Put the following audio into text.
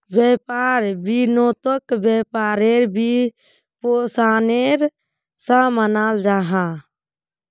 व्यापार वित्तोक व्यापारेर वित्त्पोशानेर सा मानाल जाहा